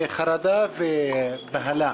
בחרדה ובהלה.